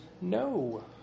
No